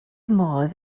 modd